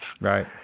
Right